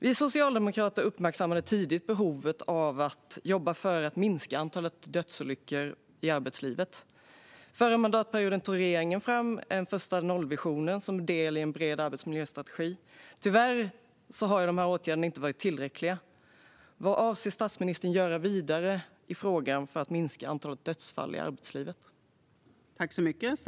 Vi socialdemokrater uppmärksammade tidigt behovet av att jobba för att minska antalet dödsolyckor i arbetslivet. Förra mandatperioden tog regeringen fram en första nollvision som en del i en bred arbetsmiljöstrategi. Tyvärr har dessa åtgärder inte varit tillräckliga. Vad avser statsministern att göra vidare i frågan för att minska antalet dödsfall i arbetslivet?